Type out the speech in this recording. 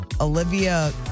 Olivia